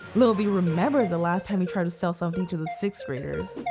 little vee remembers the last time he tried to sell something to the sixth graders.